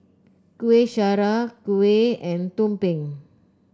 Kuih Syara kuih and tumpeng